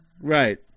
Right